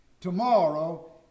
Tomorrow